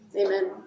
Amen